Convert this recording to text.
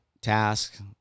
task